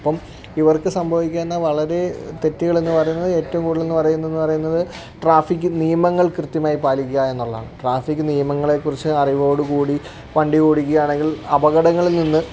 അപ്പം ഇവർക്ക് സംഭവിക്കാവുന്ന വളരെ തെറ്റുകൾ എന്നു പറയുന്നത് ഏറ്റവും കൂടുതൽ എന്നു പറയുന്നത് പറയുന്നത് ട്രാഫിക് നിയമങ്ങൾ കൃത്യമായി പാലിക്കുക എന്നുള്ളതാണ് ട്രാഫിക് നിയമങ്ങളെ കുറിച്ച് അറിവോടുകൂടി വണ്ടി ഓടിക്കുക ആണെങ്കിൽ അപകടങ്ങളിൽ നിന്ന്